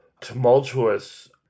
tumultuous